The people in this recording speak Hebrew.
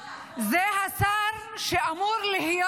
זה השר שאמור להיות,